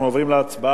אנחנו עוברים להצבעה.